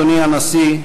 אדוני הנשיא,